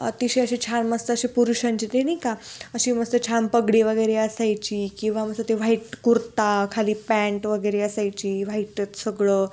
अतिशय असे छान मस्त असे पुरुषांची ते नाही का अशी मस्त छान पगडी वगैरे असायची किंवा मस्त ते व्हाईट कुर्ता खाली पॅन्ट वगैरे असायची व्हाईटच सगळं